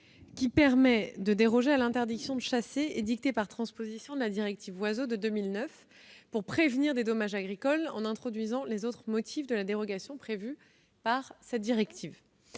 qui permet de déroger à l'interdiction de chasser édictée par transposition de la directive Oiseaux de 2009 pour prévenir des dommages agricoles, en introduisant les autres motifs de la dérogation prévue par cette directive.